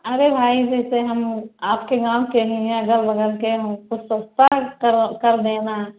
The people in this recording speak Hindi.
अरे भाई जैसे हम आपके गाँव के हैं अग़ल बग़ल के हमको सस्ता कर कर देना